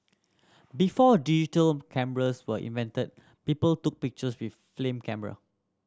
before digital cameras were invented people took pictures with flame camera